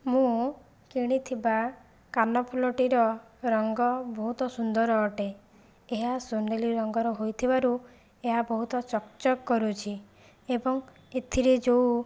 ମୁଁ କିଣିଥିବା କାନଫୁଲଟିର ରଙ୍ଗ ବହୁତ ସୁନ୍ଦର ଅଟେ ଏହା ସୁନେଲି ରଙ୍ଗର ହୋଇଥିବାରୁ ଏହା ବହୁତ ଚକ୍ ଚକ୍ କରୁଛି ଏବଂ ଏଥିରେ ଯେଉଁ